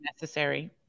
necessary